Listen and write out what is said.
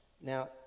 Now